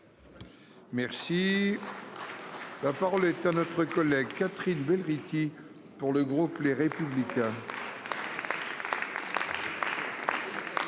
Merci. La parole est à notre collègue Catherine Bell Ricky pour le groupe Les Républicains.